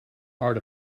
art